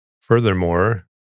Furthermore